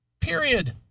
Period